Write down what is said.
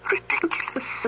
Ridiculous